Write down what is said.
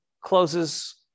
closes